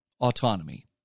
autonomy